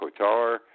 Qatar